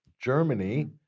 Germany